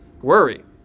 worry